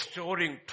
Storing